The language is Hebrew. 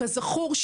כזכור,